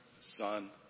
Son